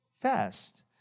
fast